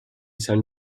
san